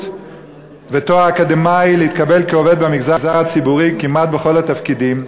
ותואר אקדמי להתקבל כעובד במגזר הציבורי כמעט בכל התפקידים,